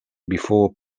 before